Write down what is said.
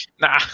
nah